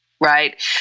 Right